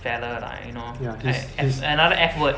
fella lah you know like an~ another f word